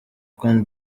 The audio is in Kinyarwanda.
cote